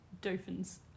Dolphins